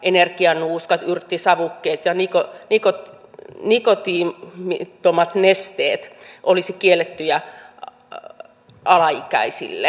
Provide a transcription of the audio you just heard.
energianuuskat yrttisavukkeet ja nikotiinittomat nesteet olisivat kiellettyjä alaikäisille